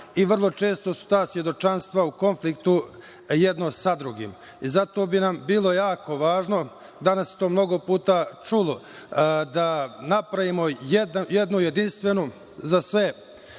i vrlo često su ta svedočanstva u konfliktu jedno sa drugim. Zato bi nam bilo jako važno, danas se to mnogo puta čulo, da napravimo jednu jedinstvenu, za sve